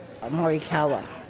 Morikawa